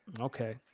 Okay